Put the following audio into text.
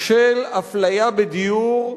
של אפליה בדיור,